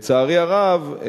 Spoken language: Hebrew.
לצערי הרב,